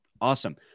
Awesome